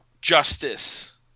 justice